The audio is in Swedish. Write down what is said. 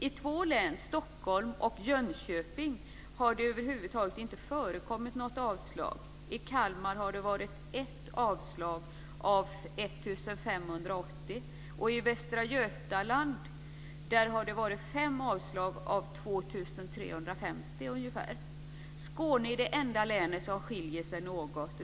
I två län - Stockholms och Jönköpings - har det över huvud taget inte förekommit något avslag. I Kalmar län har det varit 1 avslag av 1 580. I Västra Götalands län har det varit 5 avslag av 2 352. Skåne är det enda länet som skiljer sig åt något.